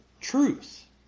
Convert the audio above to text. truth